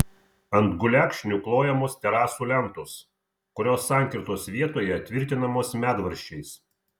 ant gulekšnių klojamos terasų lentos kurios sankirtos vietoje tvirtinamos medvaržčiais